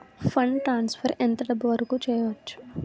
Fund transfer ఎంత డబ్బు వరుకు చేయవచ్చు?